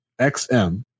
XM